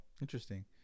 Interesting